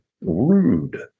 rude